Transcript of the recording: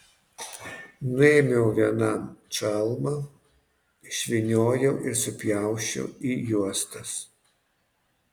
nuėmiau vienam čalmą išvyniojau ir supjausčiau į juostas